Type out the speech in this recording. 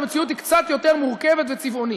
המציאות היא קצת יותר מורכבת וצבעונית.